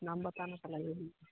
नाम बताना सर ला